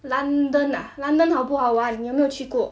london ah london 好不好玩你有没有去过